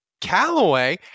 Callaway